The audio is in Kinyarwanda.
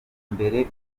imbere